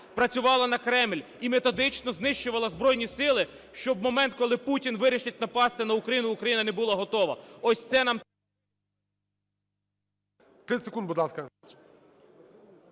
працювала на Кремль і методично знищувала Збройні Сили, щоб у момент, коли Путін вирішить напасти Україну, Україна не була готова.